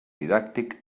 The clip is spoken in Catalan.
didàctic